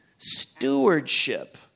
stewardship